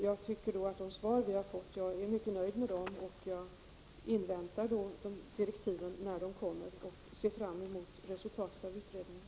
Jag är mycket nöjd med de svar som vi har fått, och jag ser fram emot direktiven och resultatet av utredningen.